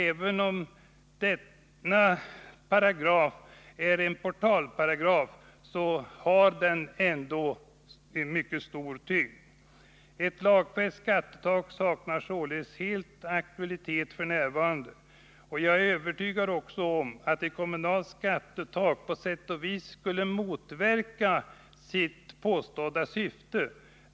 Även om det är en portalparagraf har den mycket stor tyngd. Ett lagfäst skattetak saknar således aktualitet f. n. Jag är också övertygad om att ett kommunalt skattetak på sätt och vis motverkar sitt påstådda syfte.